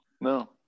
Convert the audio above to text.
No